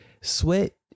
sweat